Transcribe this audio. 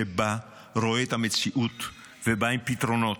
שבא, רואה את המציאות ובא עם פתרונות.